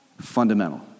Fundamental